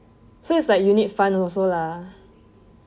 so is like unit fund also lah